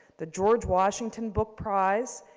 the george washington book prize,